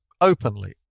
openly